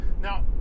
Now